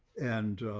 and,